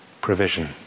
provision